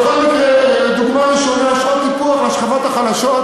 דוגמה ראשונה: שעות טיפוח לשכבות החלשות,